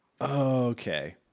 Okay